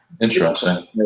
Interesting